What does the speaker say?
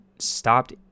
stopped